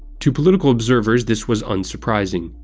to political observers this was unsurprising.